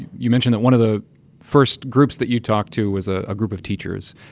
you mention that one of the first groups that you talked to was a ah group of teachers.